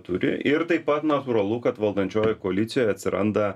turi ir taip pat natūralu kad valdančiojoj koalicijoj atsiranda